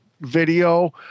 video